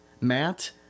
Matt